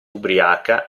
ubriaca